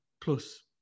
plus